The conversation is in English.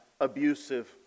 abusive